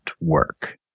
work